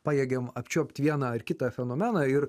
pajėgiam apčiuopt vieną ar kitą fenomeną ir